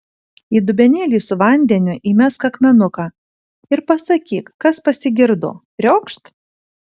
į dubenėlį su vandeniu įmesk akmenuką ir pasakyk kas pasigirdo triokšt